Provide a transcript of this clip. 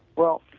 well,